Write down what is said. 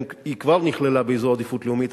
היא כבר נכללה באזור עדיפות לאומית,